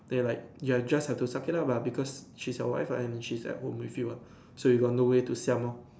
then you like you are just have to suck it up lah because she's your wife lah and then she's at home with you ah so you got no way to siam lor